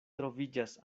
troviĝas